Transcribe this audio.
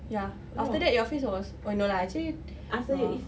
ya after that your face was oh no lah actually ah